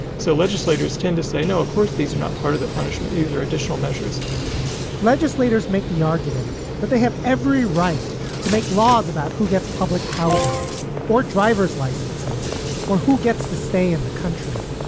so legislators tend to say, no, of course, these are not part of the punishment. these are additional measures legislators make the argument that they have every right to make laws about who gets public housing or driver's licenses or who gets to stay in the country.